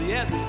Yes